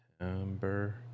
September